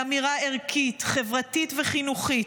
היא אמירה ערכית, חברתית וחינוכית.